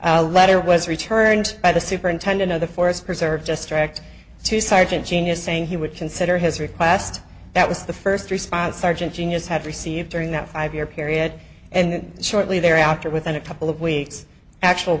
a letter was returned by the superintendent of the forest preserve just tracked to sergeant genius saying he would consider his request that was the first response sergeant genius had received during that five year period and shortly thereafter within a couple of weeks actual